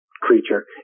creature